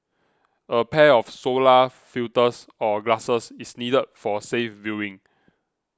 a pair of solar filters or glasses is needed for safe viewing